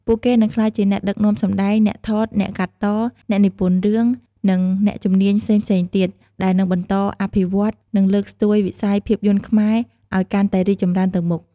ពួកគេនឹងក្លាយជាអ្នកដឹកនាំសម្តែង អ្នកថត អ្នកកាត់ត អ្នកនិពន្ធរឿង និងអ្នកជំនាញផ្សេងៗទៀត ដែលនឹងបន្តអភិវឌ្ឍន៍ និងលើកស្ទួយវិស័យភាពយន្តខ្មែរឱ្យកាន់តែរីកចម្រើនទៅមុខ។